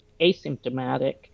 asymptomatic